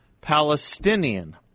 Palestinian